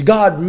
God